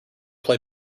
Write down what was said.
play